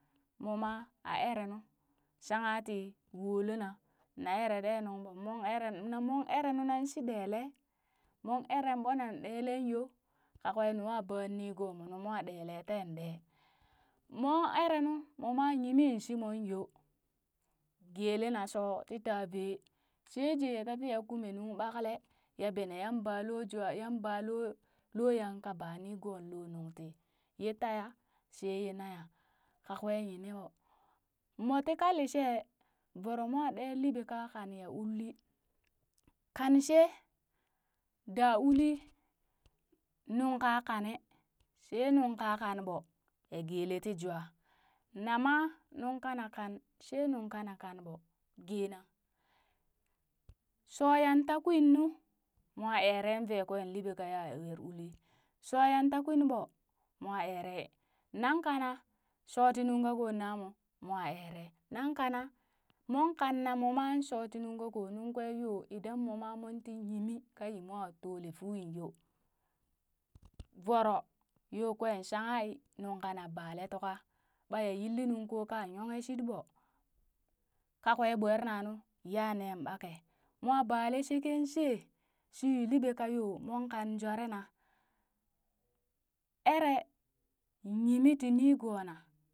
Moma aa eree nu, shankati woolen nana erere nuŋ mon ereb mon ere nu nan shi ɗale mong eren ɓo nan dale yo, ka kwee nu aa ba nigoomo nu mwa ɗele teen ɗee. Mon ere nu moma yimin shimong yo geele na shoo ti ta vee sheje ya tati ya kume nung ɓankle, ya bene yan ba loo jwaa yan ba loloya yan ka ba nigoo loo nung ti ye taya she ye naya, kakwee yini ɓo. Mo ti ka lishee voro mwa ɗe liɓe ka kang ya ulli, kan shee da uli nung ka kane, shee nung ka kanɓo ya gele ti jwaa, na ma nun kana kan shee nunka kan ɓo geena, shooyan ta kwin nu mo eree vee kwee liɓe kaya er uli, shooyan ta kwin ɓoo mo eree nan kanna, shooti nunka koo namo mwa eree, nan kanna mon kanna moma shooti nunkako nung kwe yo idan moma mon ti yimi ka yimo tolefuun yo. Voro yo kween shanka nuŋ kana bale tuka, ɓaya yilla nuŋ ka yoheshit ɓo, ka kwee ɓor nanu ya nee ɓaka. Mo balee sheken she shi yuu liɓe ka yo mong kan jware na eree yimi ti nigoona.